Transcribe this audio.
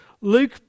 Luke